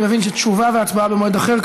אני מבין שתשובה והצבעה במועד אחר,